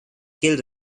killed